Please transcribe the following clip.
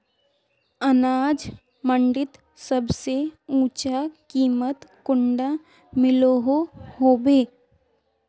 अनाज मंडीत सबसे ऊँचा कीमत कुंडा मिलोहो होबे?